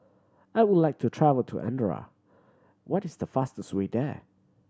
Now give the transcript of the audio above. I would like to travel to Andorra what is the fastest way there